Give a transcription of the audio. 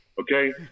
Okay